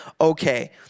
okay